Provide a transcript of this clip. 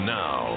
now